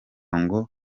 ngo